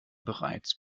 bereits